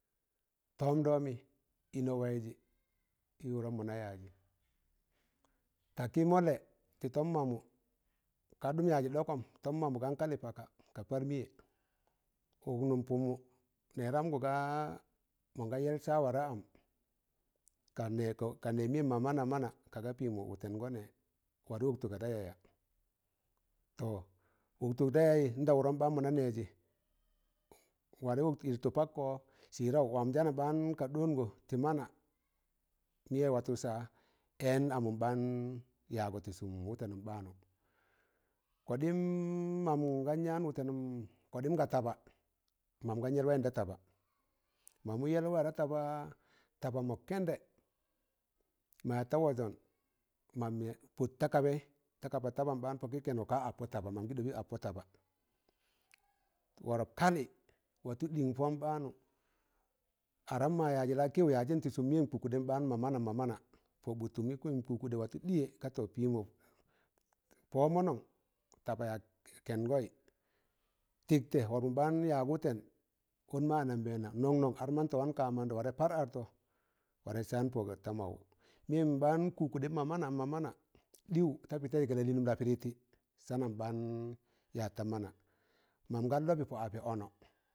Tọọm dọmị ịnọ waịzị ị wụdọ mọna yajị, takị mọllẹ tị tọm mamụ ka ɗụm yajị ɗọkọm, tọm mamụ kan kalị paka ka bar mịyẹ, ụk nụm pụmụ nẹramgụ gaa, mọ gọ yẹl sa wa da am, ka nẹ mịyẹm mọ mana mana, ka ga pịmọ wụtẹngọ nẹ, waẹ wọktụgo da yaya, tọ woktuko da yayị an da wụrọm ɓaan mọna nẹẹji,̣ warẹ wọk yịltụ pọkkọ sịraụ, wamọ njaanam ɓaan ka ɗọọngọ tị mana, mịyẹ watọ saa, ẹẹn amụm ɓaan yaagọ tị sụm wụtẹnụm ɓaanụ. Koɗịm mamụ gan yaan wụtẹnụm kọdịm ga taba, man gan yẹl wayịn da taba mamụ yẹl wa da tabaa, taba mọ kẹndẹ, maya ta wọzọn mam pọt ta kabaị ta kaba taban pọkị kẹngọ kaa appọ taba, mam gi ̣ɗọbị ak pọ taba, wọrap kalị, watu ɗịng pọọm ɓaanụ. aram mọ yajị lakịyụ yajịn sụm mịyẹm kụkụɗẹ ɓaan mọ manam mọ mana, pọbụttụ mu kwịn kụkụɗẹ watu ɗịyẹ, ga pịmọ pọo mọnọn, taba yaa ke- kẹngọi tịktẹ wọrọpụn ɓaan yaaz wụtẹn kon ma anambẹẹna nọn nọn ar mandọ wan ka mandọ warẹ par artọ, warẹ saan pọɗọ ta mawụ mịyẹm ɓaan kụkụdẹ mọ manam mọ mana ɗịwụ, ta pị taịzẹ ka lalịịnụm la pịdịtị, saa nam ɓaan yaz ta mana, mam gan lọbị po apẹ ọnọ,